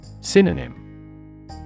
Synonym